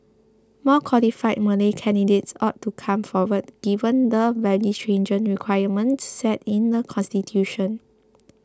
more qualified Malay candidates ought to come forward given the very stringent requirements set in the constitution